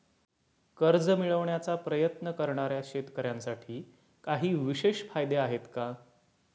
कर्ज मिळवण्याचा प्रयत्न करणाऱ्या शेतकऱ्यांसाठी काही विशेष फायदे आहेत का?